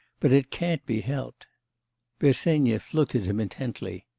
but it can't be helped bersenyev looked at him intently.